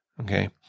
Okay